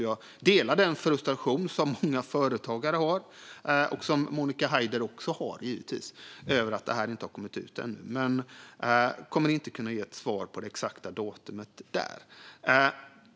Jag delar den frustration som många företagare har, och som Monica Haider givetvis också har, över att det inte har kommit ut ännu, men jag kommer inte att kunna ge ett exakt datum.